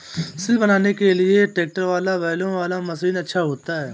सिल बनाने के लिए ट्रैक्टर वाला या बैलों वाला मशीन अच्छा होता है?